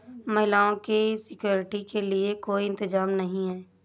महिलाओं की सिक्योरिटी के लिए कोई इंतजाम नहीं है